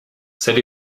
said